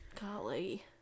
Golly